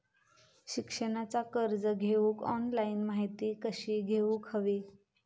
शिक्षणाचा कर्ज घेऊक ऑनलाइन माहिती कशी घेऊक हवी?